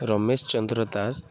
Ramesh Chandra Das